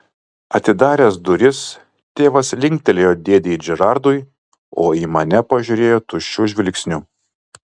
atidaręs duris tėvas linktelėjo dėdei džerardui o į mane pažiūrėjo tuščiu žvilgsniu